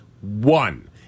one